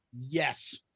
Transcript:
Yes